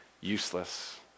useless